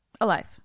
Alive